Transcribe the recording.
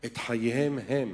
את חייהם שלהם